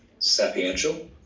Sapiential